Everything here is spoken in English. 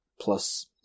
Plus